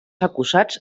acusats